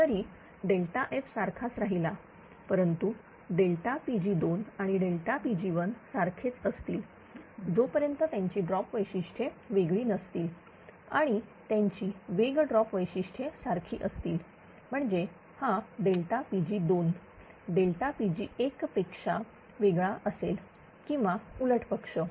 जरी F सारखाच राहिला परंतु Pg2 आणि Pg1 सारखेच असतील जोपर्यंत त्यांची ड्रॉप वैशिष्ट्ये वेगळी नसतील आणि त्यांची वेग ड्रॉप वैशिष्ट्ये सारखी असतील म्हणजे हा Pg2 Pg1पेक्षा वेगळा असेल किंवा उलट पक्ष